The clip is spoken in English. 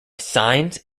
signs